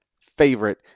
favorite